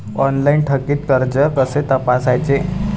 Online थकीत कर्ज कसे तपासायचे?